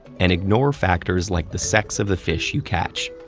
and ignore factors like the sex of the fish you catch.